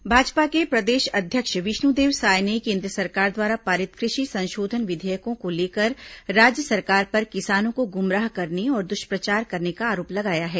साय आरोप भाजपा के प्रदेश अध्यक्ष विष्णुदेव साय ने केन्द्र सरकार द्वारा पारित कृषि संशोधन विधेयकों को लेकर राज्य सरकार पर किसानों को गुमराह करने और दुष्प्रचार करने का आरोप लगाया है